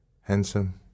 Handsome